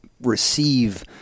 receive